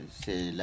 c'est